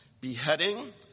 beheading